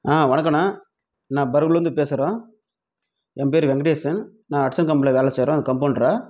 ஆ வணக்கண்ணா நான் பர்கூர்லேருந்து பேசுகிறோம் என் பேர் வெங்கடேஷன் நான் ஹட்சன் கம்பெனியில வேலை செய்கிறோம் கம்போண்ட்ராக